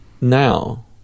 now